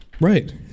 Right